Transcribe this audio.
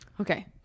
Okay